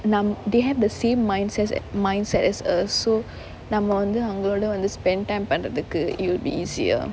and um they have the same mindse~ mindset as us so நம்ம வந்து அவங்களோட வந்து:namma vanthu avangaloda vanthu spend time பண்றதுக்கு:pandrathukku: it will be easier